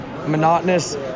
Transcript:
monotonous